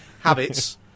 Habits